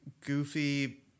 goofy